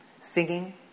Singing